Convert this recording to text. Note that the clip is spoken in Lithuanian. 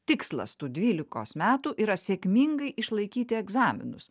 tikslas tų dvylikos metų yra sėkmingai išlaikyti egzaminus